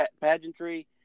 pageantry